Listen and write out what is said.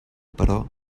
però